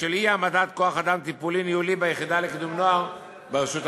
בשל אי-העמדת כוח-אדם טיפולי ניהולי ביחידה לקידום נוער ברשות המקומית.